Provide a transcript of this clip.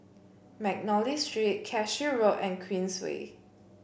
McNally Street Cashew Road and Queensway